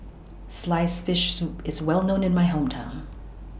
Sliced Fish Soup IS Well known in My Hometown